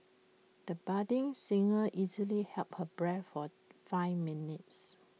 the budding singer easily held her breath for five minutes